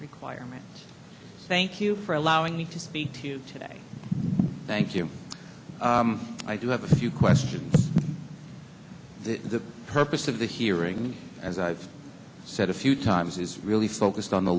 requirement thank you for allowing me to speak to you today thank you i do have a few questions the purpose of the hearing and as i've said a few times is really focused on the